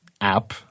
app